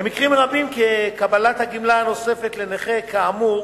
במקרים רבים, קבלת הגמלה הנוספת לנכה כאמור